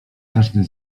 każdy